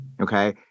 okay